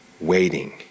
waiting